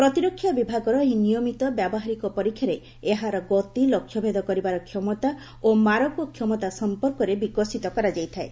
ପ୍ରତିରକ୍ଷା ବିଭାଗର ଏହି ନିୟମିତ ବ୍ୟାବହାରିକ ପରୀକ୍ଷାରେ ଏହା ଗତି ଲକ୍ଷ୍ୟ ଭେଦ କରିବାର କ୍ଷମତା ଓ ମାରକ କ୍ଷମତା ସମ୍ପର୍କରେ ବିକଶିତ କରାଯାଇଥାଏ